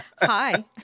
hi